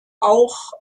auch